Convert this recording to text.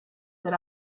that